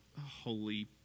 holy